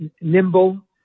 nimble